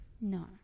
No